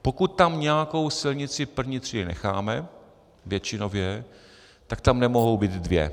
Pokud tam nějakou silnici první třídy necháme, většinově, tak tam nemohou být dvě.